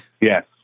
Yes